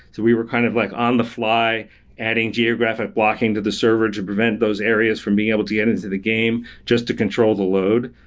we were kind of like on-the-fly, adding geographic blocking to the server to prevent those areas from being able to get into the game just to control the load.